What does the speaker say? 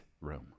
room